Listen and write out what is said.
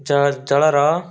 ଜ ଜଳର